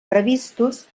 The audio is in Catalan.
previstos